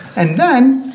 and then,